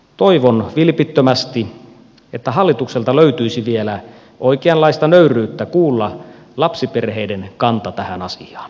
toivon vilpittömästi että hallitukselta löytyisi vielä oikeanlaista nöyryyttä kuulla lapsiperheiden kanta tähän asiaan